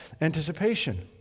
anticipation